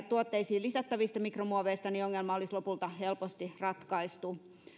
tuotteisiin lisättävistä mikromuoveista niin ongelma olisi lopulta helposti ratkaistu